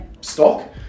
stock